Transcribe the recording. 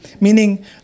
Meaning